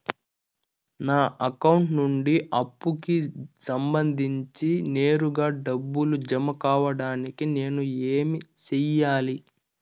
నా అకౌంట్ నుండి అప్పుకి సంబంధించి నేరుగా డబ్బులు జామ కావడానికి నేను ఏమి సెయ్యాలి?